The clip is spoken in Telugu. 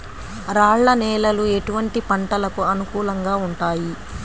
రాళ్ల నేలలు ఎటువంటి పంటలకు అనుకూలంగా ఉంటాయి?